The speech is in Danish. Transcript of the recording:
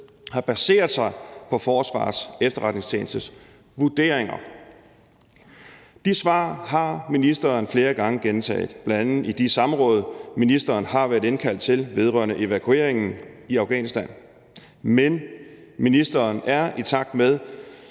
har baseret sig på Forsvarets Efterretningstjenestes vurderinger. De svar har ministeren flere gange gentaget, bl.a. i de samråd, som ministeren har været indkaldt til vedrørende evakueringen i Afghanistan. Men ministeren er, i takt med